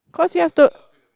cause you have to